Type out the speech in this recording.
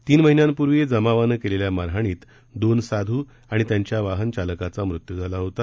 तीन महिन्यांपूर्वी जमावानं केलेल्या मारहाणीत दोन साधू आणि त्यांच्या वाहन चालकाचा मृत्यू झाला होता